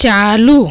चालू